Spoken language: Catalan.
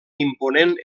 imponent